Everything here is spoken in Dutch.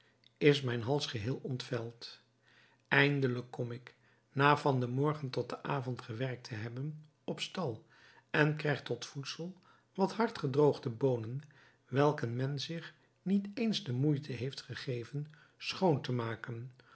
is mijn hals geheel ontveld eindelijk kom ik na van den morgen tot den avond gewerkt te hebben op stal en krijg tot voedsel wat hard gedroogde boonen welke men zich niet eens de moeite heeft gegeven schoon te maken